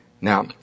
Now